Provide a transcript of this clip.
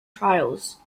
trials